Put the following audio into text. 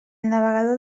navegador